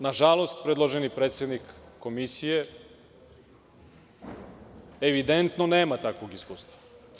Na žalost, predloženi predsednik Komisije evidentno nema takvog iskustva.